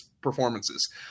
performances